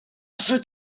fut